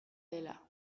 dela